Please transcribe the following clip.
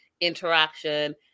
interaction